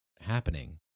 happening